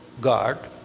God